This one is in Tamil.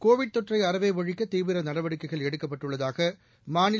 கோவிட் தொற்றை அறவே ஒழிக்க தீவிர நடவடிக்கைகள் எடுக்கப்பட்டுள்ளதாக மாநில